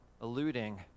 alluding